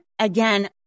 again